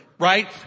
right